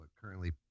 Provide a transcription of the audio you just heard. Currently